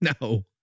No